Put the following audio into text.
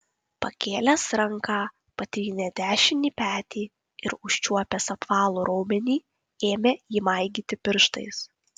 pakėlęs ranką patrynė dešinį petį ir užčiuopęs apvalų raumenį ėmė jį maigyti pirštais